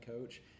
coach